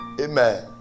Amen